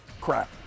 Crap